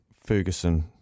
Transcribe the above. Ferguson